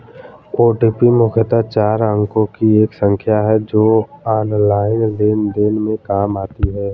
OTP मुख्यतः चार अंकों की एक संख्या है जो ऑनलाइन लेन देन में काम आती है